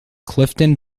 clifton